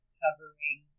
covering